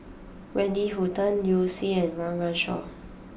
Wendy Hutton Liu Si and Run Run Shaw